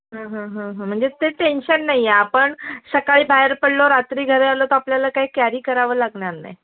म्हणजे ते टेंशन नाही आहे आपण सकाळी बाहेर पडलो रात्री घरी आलो तर आपल्याला काही कॅरी करावं लागणार नाही